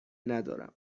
ندارم